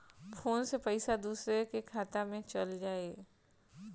Phone से पईसा दूसरे के खाता में चल जाई?